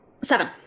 seven